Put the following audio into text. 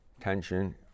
tension